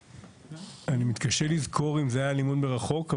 אני מתקשה לזכור אם זה היה לימוד מרחוק.